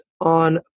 on